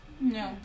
No